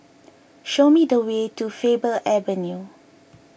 show me the way to Faber Avenue